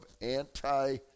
Anti